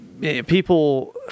people